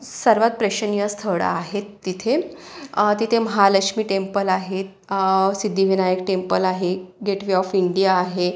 सर्वात प्रेक्षणीय स्थळं आहेत तिथे तिथे महालक्ष्मी टेंपल आहेत सिद्धिविनायक टेंपल आहे गेट वे ऑफ इंडिया आहे